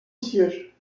siège